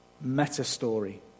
meta-story